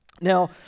Now